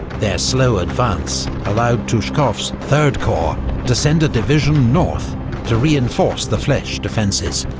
their slow advance allowed tuchkov's third corps to send a division north to reinforce the fleches defences.